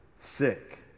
sick